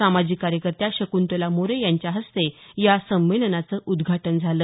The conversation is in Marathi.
सामाजिक कार्यकर्त्या शकृंतला मोरे यांच्या हस्ते काल या संमेलनाचं उद्धाटन झालं